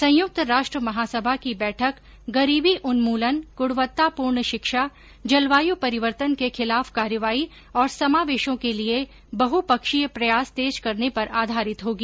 संयुक्त राष्ट्र महासभा की बैठक गरीबी उन्मूलन ग्रणवत्तापूर्ण शिक्षा जलवायु परिवर्तन के खिलाफ कार्रवाई और समावेशों के लिए बहुपक्षीय प्रयास तेज करने पर आधारित होगी